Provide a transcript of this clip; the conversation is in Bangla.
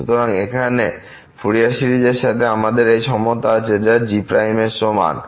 সুতরাং এখানে ফুরিয়ার সিরিজের সাথে আমাদের এই সমতা আছে যা g এর সমান